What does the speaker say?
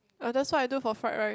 ah that's why I do for fried rice